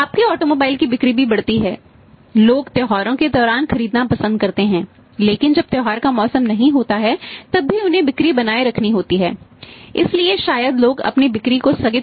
आपके ऑटोमोबाइल जारी रखनी होगी